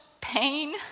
pain